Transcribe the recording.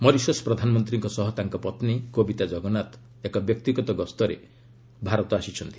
Mauritius ପ୍ରଧାନମନ୍ତ୍ରୀଙ୍କ ସହ ତାଙ୍କ ପତ୍ନୀ କୋବିତା ଜଗନ୍ନାଥ ଏକ ବ୍ୟକ୍ତିଗତ ଗସ୍ତରେ ଭାରତ ଆସିଛନ୍ତି